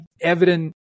evident